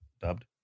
dubbed